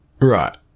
Right